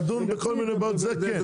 לדון בכל מיני בעיות זה כן,